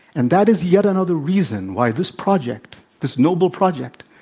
and that is yet another reason why this project, this noble project,